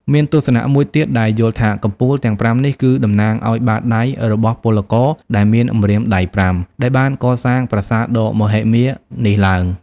មានទស្សនៈមួយទៀត ដែលយល់ថា កំពូលទាំងប្រាំនេះ គឺតំណាងឱ្យបាតដៃរបស់ពលករដែលមានម្រាមដៃប្រាំ ដែលបានកសាងប្រាសាទដ៏មហិមានេះឡើង។